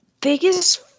biggest